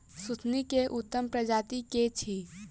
सुथनी केँ उत्तम प्रजाति केँ अछि?